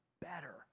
better